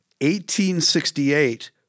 1868